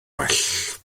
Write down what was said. well